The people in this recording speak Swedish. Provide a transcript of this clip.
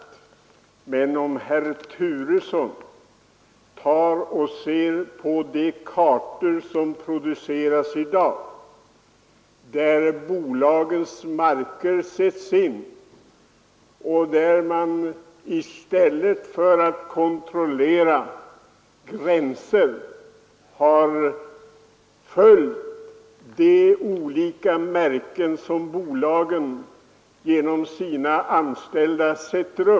Jag vill rekommendera herr Turesson att studera de kartor som produceras i dag, där bolagens marker märks ut och där man i stället för att kontrollera gränser har följt de märken som bolagen sätter upp genom sina anställda.